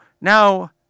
now